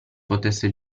potesse